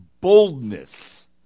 boldness